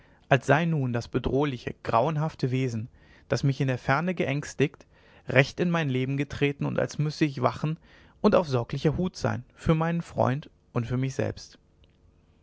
als sei nun das bedrohliche grauenhafte wesen das mich in der ferne geängstigt recht in mein leben getreten und als müsse ich wachen und auf sorglicher hut sein für meinen freund und für mich selbst